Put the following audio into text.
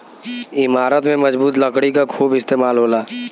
इमारत में मजबूत लकड़ी क खूब इस्तेमाल होला